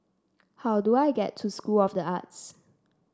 how do I get to School of the Arts